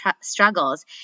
struggles